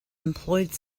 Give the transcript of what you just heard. employed